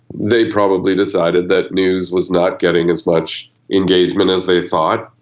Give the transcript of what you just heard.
they probably decided that news was not getting as much engagement as they thought.